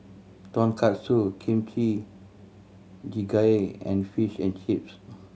Tonkatsu Kimchi Jjigae and Fish and Chips